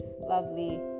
lovely